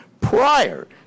prior